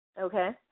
okay